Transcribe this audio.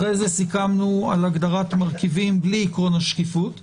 אחרי זה סיכמנו על הגדרת מרכיבים בלי עיקרון השקיפות,